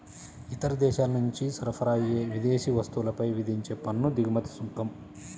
ఇతర దేశాల నుంచి సరఫరా అయ్యే విదేశీ వస్తువులపై విధించే పన్ను దిగుమతి సుంకం